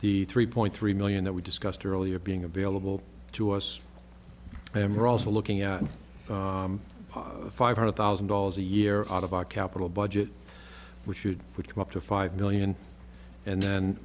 the three point three million that we discussed earlier being available to us and we're also looking at five hundred thousand dollars a year out of our capital budget which would go up to five million and then